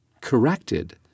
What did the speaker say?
corrected